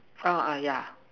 uh I yeah